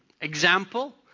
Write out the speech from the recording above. Example